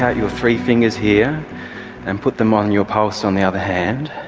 ah your three fingers here and put them on your pulse on the other hand.